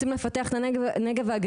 רוצים לפתח את הנגב והגליל,